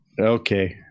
okay